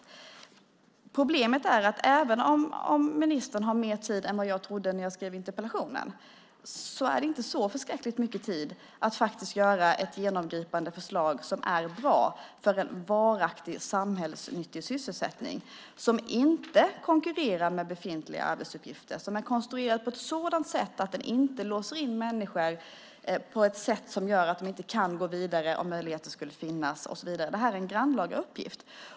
Problemet är att även om ministern har mer tid på sig än jag trodde när jag skrev interpellationen är det ändå inte fråga om så förskräckligt mycket tid för att göra ett genomgripande förslag som är bra och innebär en varaktig samhällsnyttig sysselsättning, inte konkurrerar med befintliga arbetsuppgifter, är konstruerad på ett sådant sätt att den inte låser in människor så att de inte kan gå vidare om möjligheter skulle finnas och så vidare. Det är en grannlaga uppgift.